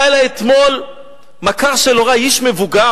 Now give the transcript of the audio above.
בא אלי אתמול מכר של הורי, איש מבוגר.